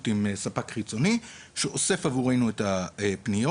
עם ספק חיצוני שאוסף עבורנו את הפניות.